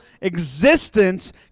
existence